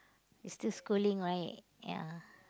you still schooling right ya